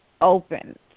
open